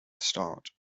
start